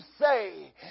say